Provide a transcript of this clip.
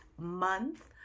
month